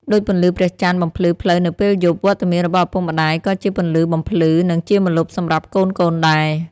ដូចពន្លឺព្រះចន្ទបំភ្លឺផ្លូវនៅពេលយប់ វត្តមានរបស់ឪពុកម្តាយក៏ជាពន្លឺបំភ្លឺ និងជាម្លប់សម្រាប់កូនៗដែរ។